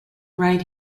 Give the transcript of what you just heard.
right